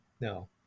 No